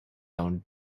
owned